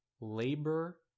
labor